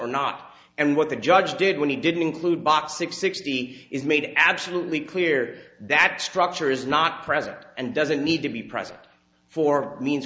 or not and what the judge did when he didn't include box six sixty is made it absolutely clear that structure is not present and doesn't need to be present for means